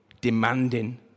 demanding